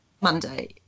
Monday